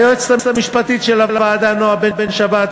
ליועצת המשפטית של הוועדה נועה בן-שבת,